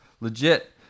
Legit